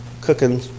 cooking